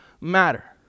matter